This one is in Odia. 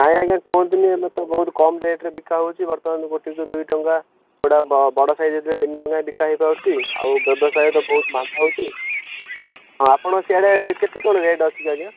ନାଇଁ ଆଜ୍ଞା କୁହନ୍ତୁନି ଏବେ ତ ବହୁତ କମ୍ ରେଟ୍ରେ ବିକା ହେଉଛି ବର୍ତ୍ତମାନ ଗୋଟେକୁ ଦୁଇ ଟଙ୍କା ସେ ଗୁଡାକ ବ ବଡ଼ ସାଇଜ୍ ହେଇଥିଲେ ତିନି ଟଙ୍କା ବିକା ହେଇପାରୁଛି ଆଉ ବ୍ୟବସାୟ ତ ବହୁତ ମାନ୍ଦା ହେଉଛି ହଁ ଆପଣ ସିଆଡ଼େ କେତେ କ'ଣ ରେଟ୍ ଅଛି କି ଆଜ୍ଞା